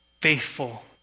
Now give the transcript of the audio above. faithful